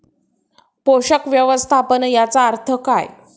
पोषक व्यवस्थापन याचा अर्थ काय?